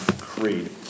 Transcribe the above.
Creed